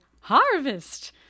Harvest